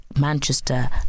Manchester